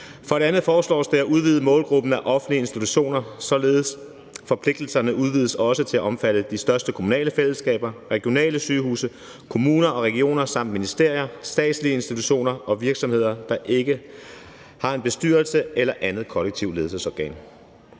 For det andet foreslås det at udvide målgruppen af offentlige institutioner, således at forpligtelserne udvides til også at omfatte de største kommunale fællesskaber, regionale sygehuse, kommuner og regioner samt ministerier, statslige institutioner og virksomheder, der ikke har en bestyrelse eller et andet kollektivt ledelsesorgan.